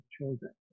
children